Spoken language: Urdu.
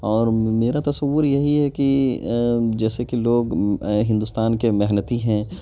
اور میرا تصور یہی ہے کہ جیسے کہ لوگ ہندوستان کے محنتی ہیں